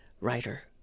writer